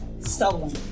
Stolen